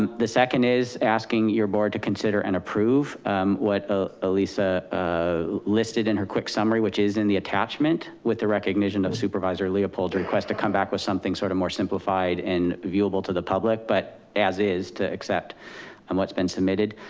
the second is asking your board to consider and approve what ah elissa ah listed in her quick summary, which is in the attachment with the recognition of supervisor leopold's request to come back with something sort of more simplified and viewable to the public, but as is to accept um what's been submitted.